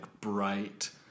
bright